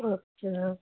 ਅੱਛਾ